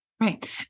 Right